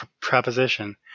proposition